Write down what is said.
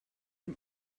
dem